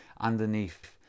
underneath